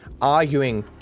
arguing